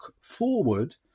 forward